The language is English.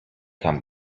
come